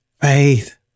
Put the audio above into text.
Faith